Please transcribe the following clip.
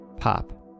pop